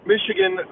Michigan